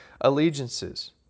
allegiances